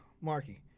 Markey